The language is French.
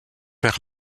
vers